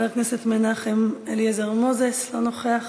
חבר הכנסת מנחם אליעזר מוזס, לא נוכח,